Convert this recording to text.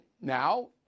now